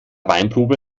weinprobe